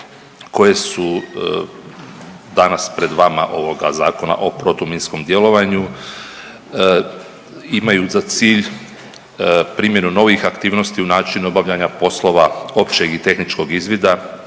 koje su danas pred vama ovoga Zakona o protuminskom djelovanju imaju za cilj primjenu novih aktivnosti u načinu obavljanja poslova općeg i tehničkog izvida,